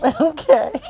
Okay